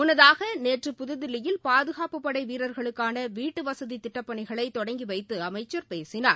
முன்னதாக நேற்று புத்தில்லியில் பாதுகாப்புப்படை வீரர்களுக்கான வீட்டுவசதி திட்டப்பணிகளை தொடங்கி வைத்து அமைச்சர் பேசினார்